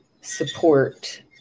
support